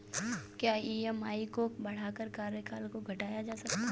क्या ई.एम.आई को बढ़ाकर कार्यकाल को घटाया जा सकता है?